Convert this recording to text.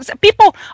people